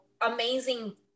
amazing